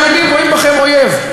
אל תתפלאו שהיהודים רואים בכם אויב.